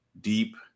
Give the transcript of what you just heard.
deep